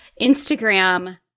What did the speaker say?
Instagram